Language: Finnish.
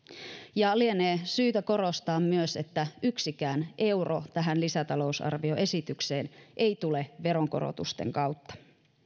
ja lienee syytä korostaa myös että yksikään euro tähän lisätalousarvioesitykseen ei tule veronkorotusten kautta